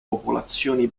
popolazioni